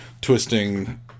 twisting